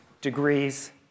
degrees